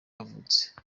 yavutse